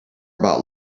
about